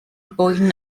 boen